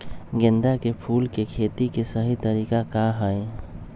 गेंदा के फूल के खेती के सही तरीका का हाई?